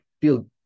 feel